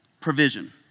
Provision